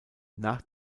nach